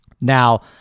Now